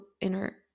inner